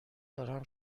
دارم